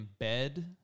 embed